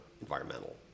environmental